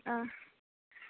ओं